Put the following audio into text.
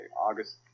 August